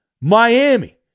Miami